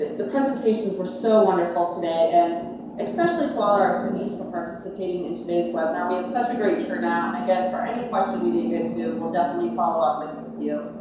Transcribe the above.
ah the presentations were so wonderful today, and especially to all our attendees for participating in today's webinar. we had such a great turnout, and again, for any question we didn't get to, we'll definitely follow up with you.